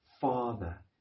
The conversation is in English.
Father